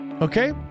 Okay